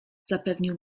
zapewnił